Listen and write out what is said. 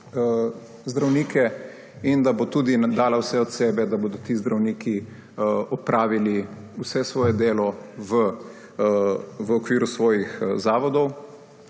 zdravnike, in bo tudi dala vse od sebe, da bodo ti zdravniki opravili vse svoje delo v okviru svojih zavodov,